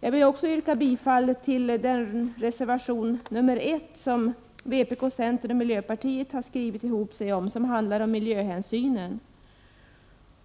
Jag vill också yrka bifall till reservation 1, som vpk, centern och miljöpartiet har skrivit ihop sig om. Den handlar om miljöhänsynen.